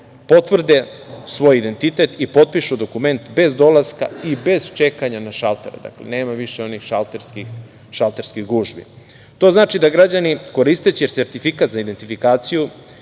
potvrde svoj identitet i potpišu dokument bez dolaska i bez čekanja na šalter, dakle, nema više onih šalterskih gužvi. To znači da građani koristeći sertifikat za identifikaciju,